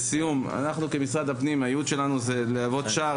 הייעוד של משרד הפנים הוא להוות שער